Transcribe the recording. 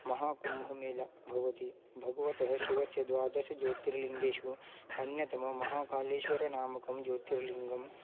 महाकुम्भमेलः भवति भगवतः शिवस्य द्वादशज्योतिर्लिङ्गेषु अन्यतममहाकालेश्वरनामकं ज्योतिर्लिङ्गम्